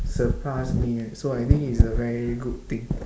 surpass me so I think it's a very good thing